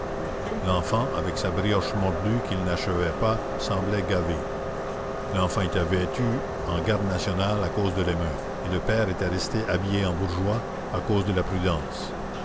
l'enfant avec sa brioche mordue qu'il n'achevait pas semblait gavé l'enfant était vêtu en garde national à cause de l'émeute et le père était resté habillé en bourgeois à cause de la prudence